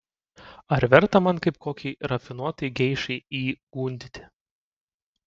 ar verta man kaip kokiai rafinuotai geišai jį gundyti